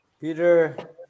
Peter